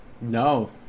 No